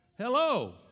Hello